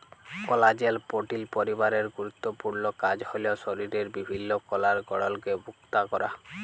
কলাজেল protein পরিবারের গুরুত্তপুর্ল কাজ হ্যল শরীরের বিভিল্ল্য কলার গঢ়লকে পুক্তা ক্যরা